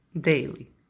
daily